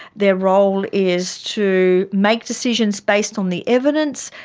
their role is to make decisions based on the evidence,